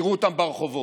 תראו אותם ברחובות.